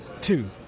Two